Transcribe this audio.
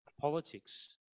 politics